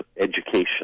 education